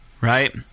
right